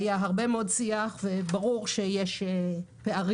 היה הרבה מאוד שיח וברור שיש פערים,